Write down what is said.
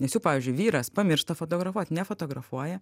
nes jų pavyzdžiui vyras pamiršta fotografuot nefotografuoja